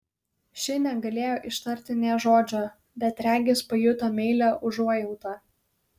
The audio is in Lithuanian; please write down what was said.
ši negalėjo ištarti nė žodžio bet regis pajuto meilią užuojautą